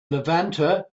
levanter